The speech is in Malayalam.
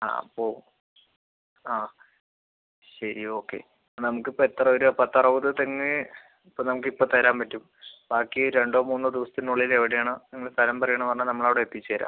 ആ അപ്പോൾ ആ ശരി ഓക്കെ നമുക്ക് ഇപ്പോൾ എത്ര ഒരു പത്ത് അറുപത് തെങ്ങ് ഇപ്പം നമുക്ക് ഇപ്പോൾ തരാൻ പറ്റും ബാക്കി രണ്ടോ മൂന്നോ ദിവസത്തിനുള്ളിൽ എവിടെയാണ് നിങ്ങൾ സ്ഥലം പറയുകയാണ് പറഞ്ഞാൽ നമ്മൾ അവിടെ എത്തിച്ചു തരാം